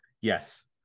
yes